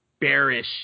bearish